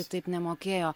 jis taip nemokėjo